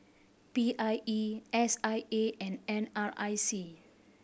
P I E S I A and N R I C